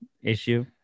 issue